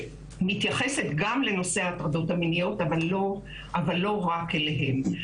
שמתייחסת גם לנושא ההטרדות המיניות אבל לא רק אליהן.